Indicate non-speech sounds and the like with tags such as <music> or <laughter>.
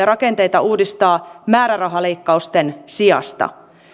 <unintelligible> rakenteita uudistaa määrärahaleikkausten sijasta